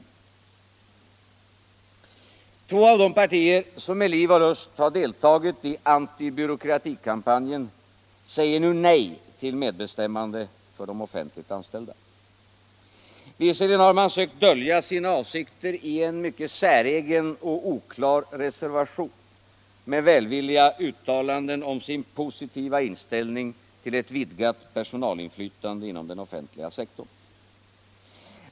2 juni 1976 Två av de partier som med liv och lust deltagit i anti-byråkratikampanjen säger nu nej till medbestämmande för de offentligt anställda. — Årbetsrättsreform Visserligen har man sökt dölja sina avsikter i en mycket säregen och = m.m. oklar reservation, nr 55, med välvilliga uttalanden om sin positiva inställning till ett vidgat personalinflytande inom den offentliga sektorn.